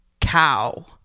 cow